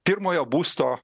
pirmojo būsto